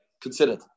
considered